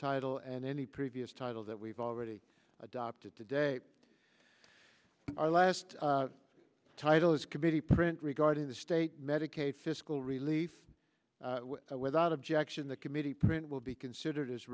title and any previous titles that we've already adopted today our last title is committee print regarding the state medicaid fiscal relief without objection the committee print will be considered